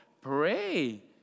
pray